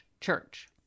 church